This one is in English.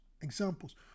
examples